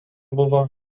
buvo